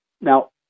Now